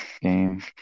game